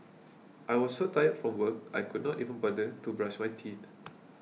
I was so tired from work I could not even bother to brush my teeth